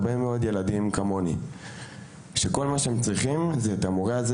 הרבה מאוד ילדים כמוני שכל מה שהם צריכים זה את המורה הזה